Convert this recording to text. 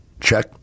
Check